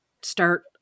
start